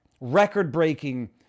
record-breaking